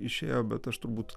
išėjo bet aš turbūt